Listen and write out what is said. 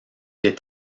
est